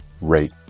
rate